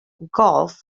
golf